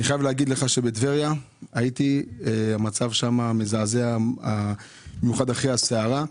אני חייב להגיד לך שבטבריה המצב מזעזע במיוחד אחרי הסערה.